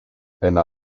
eine